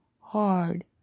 hard